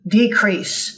decrease